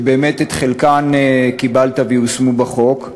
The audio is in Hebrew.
שבאמת את חלקן קיבלת והן יושמו בחוק.